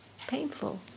painful